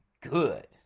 good